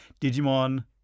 Digimon